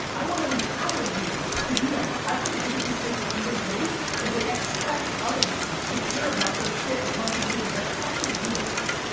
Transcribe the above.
i want to empower you to do that. i think the biggest mistake the leaders make is they expect others to care about their shit as much as they do, that's fucking ludicrous.